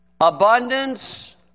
abundance